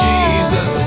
Jesus